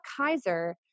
Kaiser